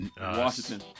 Washington